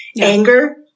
Anger